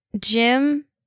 jim